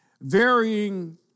varying